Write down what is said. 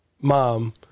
mom